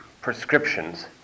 prescriptions